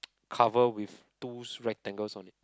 cover with two s~ rectangles on it